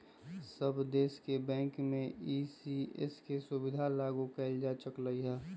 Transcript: सब देश के बैंक में ई.सी.एस के सुविधा लागू कएल जा चुकलई ह